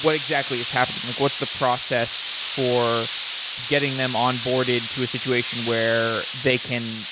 what is exactly is happening? like what's the process for getting them on-boarded to a situation where they can